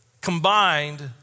combined